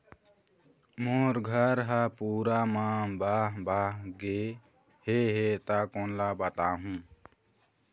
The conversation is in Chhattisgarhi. मोर घर हा पूरा मा बह बह गे हे हे ता कोन ला बताहुं?